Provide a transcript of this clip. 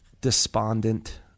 despondent